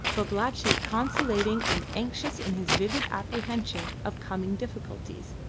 babalatchi conciliating and anxious in his vivid apprehension of coming difficulties.